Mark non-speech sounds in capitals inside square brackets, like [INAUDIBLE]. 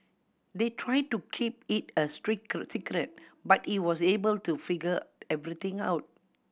they tried to keep it a [UNINTELLIGIBLE] but he was able to figure everything out